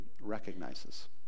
recognizes